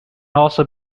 also